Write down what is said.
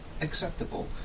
acceptable